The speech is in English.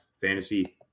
Fantasy